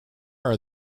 are